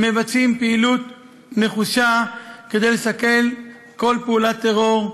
מבצעים פעילות נחושה כדי לסכל כל פעולת טרור,